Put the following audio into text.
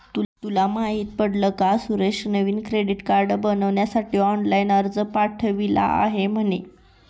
तुला माहित पडल का सुरेशने नवीन क्रेडीट कार्ड बनविण्यासाठी ऑनलाइन अर्ज पाठविला आहे म्हणे